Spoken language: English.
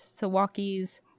Sawaki's